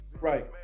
right